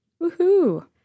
Woohoo